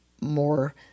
more